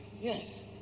Yes